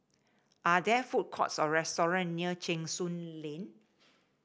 are there food courts or restaurant near Cheng Soon Lane